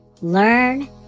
Learn